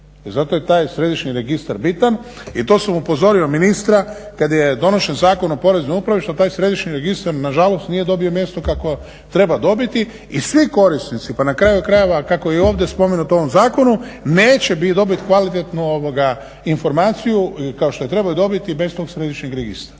zato je taj središnji registar bitan i to sam upozorio ministra kad je donošen Zakon o Poreznoj upravi što taj središnji registar nažalost nije dobio mjesto kakvo treba dobiti i svi korisnici, pa na kraju krajeva kako je i ovdje spomenuto u ovom zakonu, neće dobit kvalitetnu informaciju kao što je trebaju dobiti i bez tog središnjeg registra.